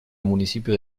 municipio